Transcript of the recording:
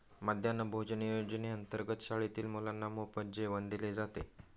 मध्यान्ह भोजन योजनेअंतर्गत शाळेतील मुलांना मोफत जेवण दिले जाते